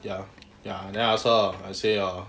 ya ya then I ask her lah I say err